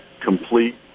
complete